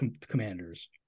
commanders